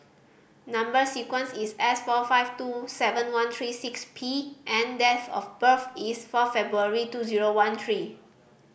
number sequence is S four five two seven one three six P and date of birth is four February two zero one three